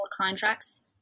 contracts